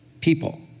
people